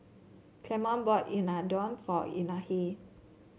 Clemon bought Unadon for Anahi